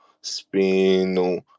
spin